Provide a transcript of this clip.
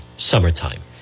summertime